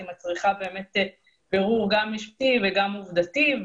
היא מצריכה בירור גם משפטי וגם עובדתי,